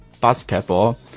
basketball